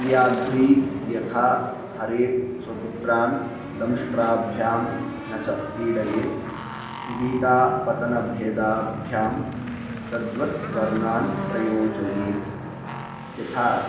व्याघ्री यथा हरेत् स्वपुत्रान् दंष्ट्राभ्यां न च पीडयेत् भीता पतनभेदाभ्यां तद्वत् वर्णान् प्रयोजयेत् यथा